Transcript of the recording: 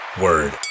Word